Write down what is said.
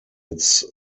its